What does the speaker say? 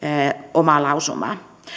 omaa lausumaa